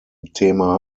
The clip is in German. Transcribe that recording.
thema